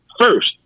first